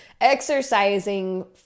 exercising